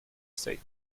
state